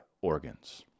organs